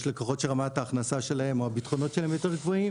יש לקוחות שרמת ההכנסה שלהם או הביטחונות שלהם יותר גבוהים